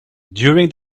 during